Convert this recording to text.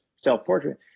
self-portrait